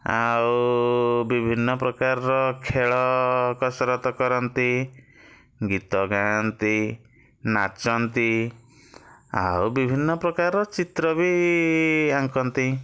ଆଉ ବିଭିନ୍ନ ପ୍ରକାରର ଖେଳ କସରତ କରନ୍ତି ଗୀତ ଗାଆନ୍ତି ନାଚନ୍ତି ଆଉ ବିଭିନ୍ନ ପ୍ରକାର ଚିତ୍ର ବି ଆଙ୍କନ୍ତି